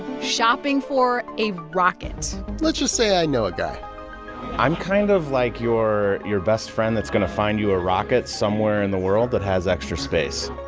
shopping for a rocket let's just say i know a guy i'm kind of like your your best friend that's going to find you a rocket somewhere in the world that has extra space